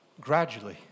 gradually